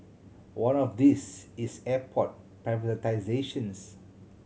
one of these is airport privatisations